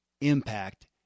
impact